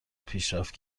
پیشرفت